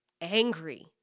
angry